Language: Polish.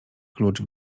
klucz